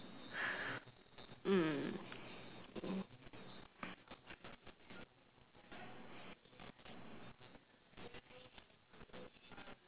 mm